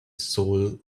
soul